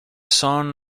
son